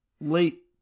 late